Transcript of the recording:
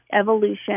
evolution